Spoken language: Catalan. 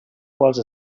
quals